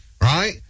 right